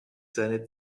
seine